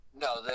No